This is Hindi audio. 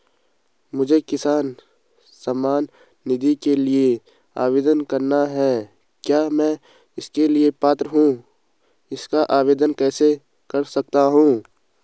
मुझे किसान सम्मान निधि के लिए आवेदन करना है क्या मैं इसके लिए पात्र हूँ इसका आवेदन कैसे कर सकता हूँ?